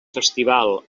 festival